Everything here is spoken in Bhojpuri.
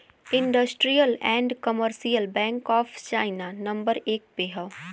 industrial and commercial bank of China number एक पे हौ